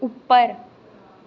उप्पर